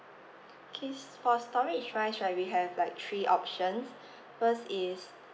okay for storage wise right we have like three options first is